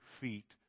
feet